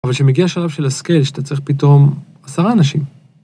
‫אבל כשמגיע שלב של הסקייל ‫שאתה צריך פתאום עשרה אנשים.